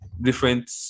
different